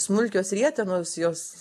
smulkios rietenos jos